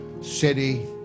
city